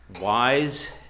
wise